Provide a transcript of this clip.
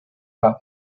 par